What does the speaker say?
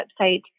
website